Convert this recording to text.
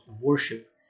worship